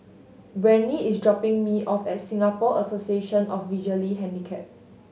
Breanne is dropping me off at Singapore Association of Visually Handicapped